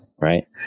right